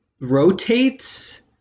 rotates